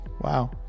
wow